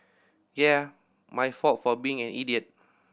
yeah my fault for being an idiot